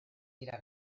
dira